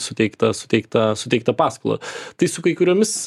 suteiktą suteiktą suteiktą paskolą tai su kai kuriomis